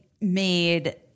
made